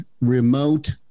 remote